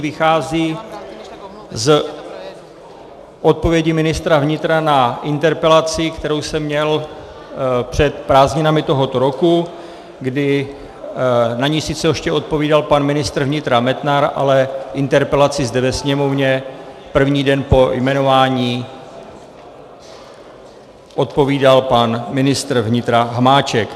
Vychází z odpovědi ministra vnitra na interpelaci, kterou jsem měl před prázdninami tohoto roku, kdy na ni sice ještě odpovídal pan ministr vnitra Metnar, ale interpelaci zde ve Sněmovně první den po jmenování odpovídal pan ministr vnitra Hamáček.